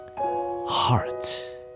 heart